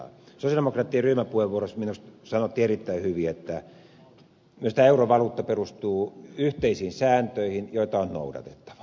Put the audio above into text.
sosialidemokraattien ryhmäpuheenvuorossa minusta sanottiin erittäin hyvin että myös tämä eurovaluutta perustuu yhteisiin sääntöihin joita on noudatettava